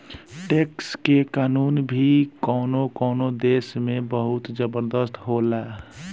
tax के कानून भी कवनो कवनो देश में बहुत जबरदस्त होला